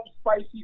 spicy